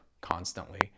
constantly